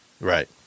Right